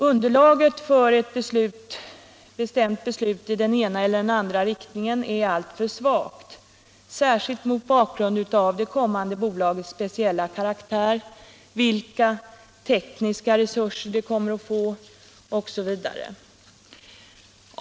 Underlaget för ett bestämt beslut i den ena eller andra riktningen är alltför svagt, särskilt mot bakgrund av det kommande bolagets speciella karaktär, vilka tekniska resurser det kommer att få osv.